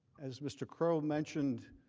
as mr. crow mentioned,